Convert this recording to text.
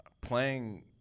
playing